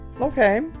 Okay